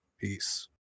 Peace